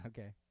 Okay